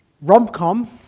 Rom-com